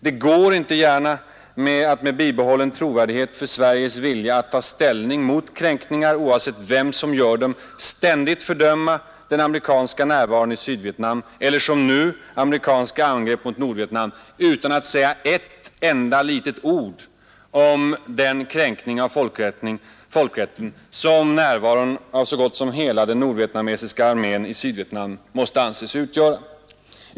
Det går inte gärna att med bibehållen trovärdighet för Sveriges vilja att ta ställning mot kränkningar, oavsett vem som gör dem, ständigt fördöma den amerikanska närvaron i Sydvietnam eller — som nu — amerikanska angrepp mot Nordvietnam utan att säga ett enda litet ord om den kränkning av folkrätten som närvaron av så gott som hela den nordvietnamesiska armén i Sydvietnam måste anses utgöra.